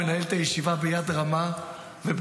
ראיתי אותך מנהל את הישיבה ביד רמה וברצינות,